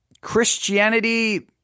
Christianity